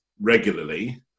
regularly